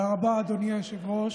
תודה רבה, אדוני היושב-ראש.